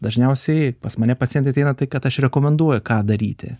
dažniausiai pas mane pacientai ateina tai kad aš rekomenduoju ką daryti